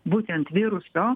būtent viruso